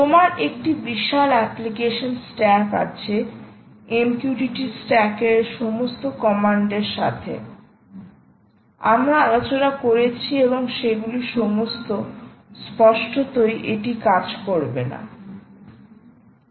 তোমার একটি বিশাল অ্যাপ্লিকেশন স্ট্যাকআছে MQTT স্ট্যাক এই সমস্ত কমান্ডের সাথে আমরা আলোচনা করেছি এবং সেগুলি সমস্ত স্পষ্টতই এটি কাজ করবে না